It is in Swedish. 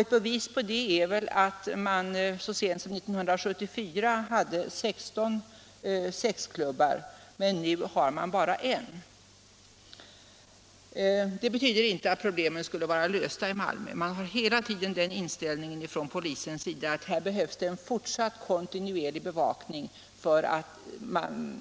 Ett bevis på det är väl att man så sent som 1974 hade 16 sexklubbar men nu bara har en. Det betyder inte att problemen skulle vara lösta i Malmö. Polisen har hela tiden den inställningen att det behövs en fortsatt kontinuerlig bevakning för att